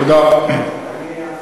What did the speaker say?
תודה רבה.